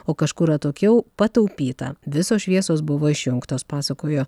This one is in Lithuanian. o kažkur atokiau pataupyta visos šviesos buvo išjungtos pasakojo